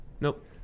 Nope